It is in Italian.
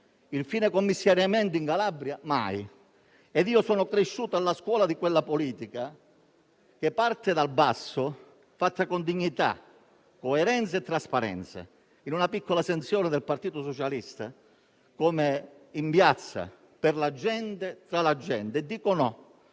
il fine commissariamento in Calabria mai. Sono cresciuto alla scuola di quella politica, che parte dal basso ed è fatta con dignità, coerenza e trasparenza, in una piccola sezione del Partito Socialista, in piazza, per la gente e tra la gente. Per